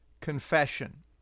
confession